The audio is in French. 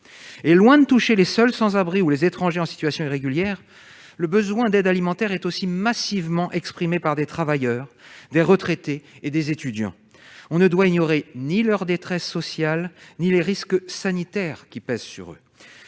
Loin de ne concerner que les sans-abri ou les étrangers en situation irrégulière, le besoin d'aide alimentaire est aussi massivement exprimé par des travailleurs, des retraités et des étudiants. On ne saurait ignorer ni leur détresse sociale ni les risques sanitaires qui pèsent sur eux.